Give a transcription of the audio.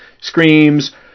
screams